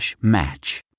match